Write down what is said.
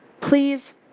please